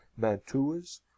mantuas